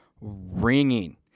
ringing